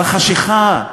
בחשכה.